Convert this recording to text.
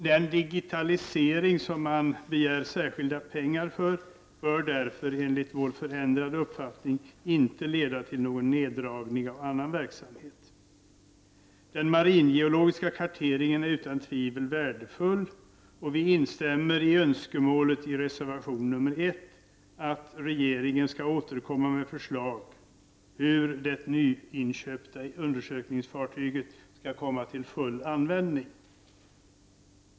Den digitalisering som man begär särskilda pengar till bör därför enligt vår förändrade uppfattning inte leda till någon neddragning av annan verksamhet. Den maringeologiska karteringen är utan tvivel värdefull, och vi instämmer i önskemålet i reservation 1 att regeringen skall återkomma med förslag till hur det nyinköpta undersökningsfartyget skall kunna komma till full användning.